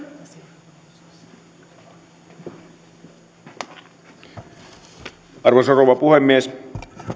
arvoisa rouva puhemies